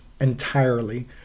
entirely